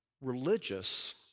religious